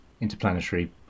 interplanetary